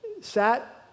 sat